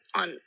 on